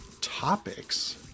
topics